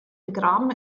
begraben